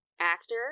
actor